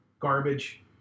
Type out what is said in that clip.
Garbage